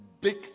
big